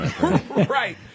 right